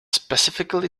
specifically